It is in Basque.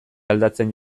aldatzen